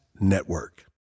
network